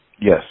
Yes